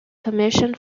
commission